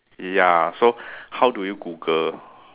ya so how do you Google